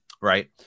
right